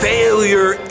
Failure